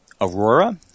Aurora